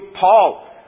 Paul